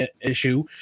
issue